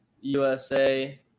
USA